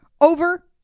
over